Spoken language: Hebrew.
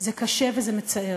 זה קשה וזה מצער.